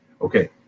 Okay